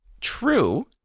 true